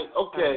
okay